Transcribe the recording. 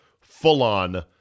full-on